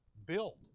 built